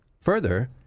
Further